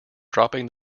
dropping